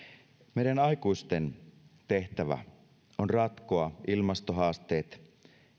meidän aikuisten tehtävä on ratkoa ilmastohaasteet